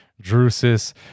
Drusus